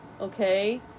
Okay